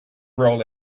roll